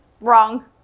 wrong